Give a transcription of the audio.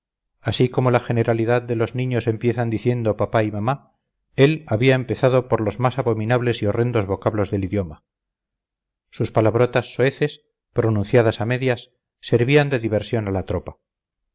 así como la generalidad de los niños empiezan diciendo papá y mamá él había empezado por los más abominables y horrendos vocablos del idioma sus palabrotas soeces pronunciadas a medias servían de diversión a la tropa